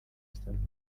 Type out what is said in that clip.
salon